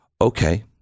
Okay